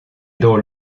drôle